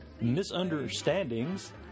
misunderstandings